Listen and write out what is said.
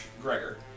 Gregor